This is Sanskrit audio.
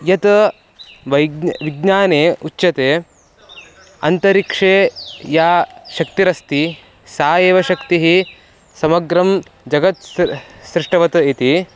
यत वैज्ञ विज्ञाने उच्यते अन्तरिक्षे या शक्तिरस्ति सा एव शक्तिः समग्रं जगत् सृष्टवत् इति